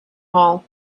hall